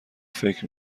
فکر